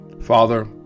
Father